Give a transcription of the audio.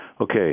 Okay